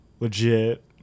Legit